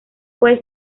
puede